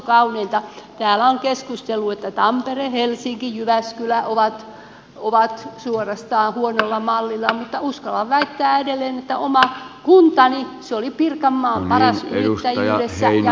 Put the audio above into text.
täällä on keskusteltu että tampere helsinki jyväskylä ovat suorastaan huonolla mallilla mutta uskallan väittää edelleen että oma kuntani pirkanmaa on paras yrittäjyydessä ja myös puhemies antoi puheenvuoron seuraavalle puhujalle